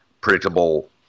predictable